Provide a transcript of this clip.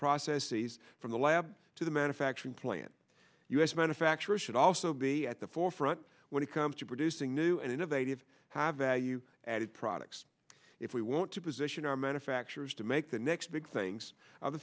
processes from the lab to the manufacturing plant u s manufacturers should also be at the forefront when it comes to producing new and innovative have value added products if we want to position our manufacturers to make the next big things of the